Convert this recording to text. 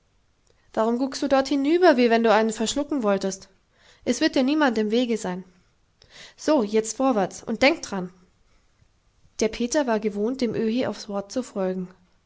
warum guckst du dort hinüber wie wenn du einen verschlucken wolltest es wird dir niemand im wege sein so jetzt vorwärts und denk daran der peter war gewohnt dem öhi aufs wort zu folgen